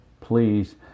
Please